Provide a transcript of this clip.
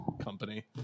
company